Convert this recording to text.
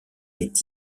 est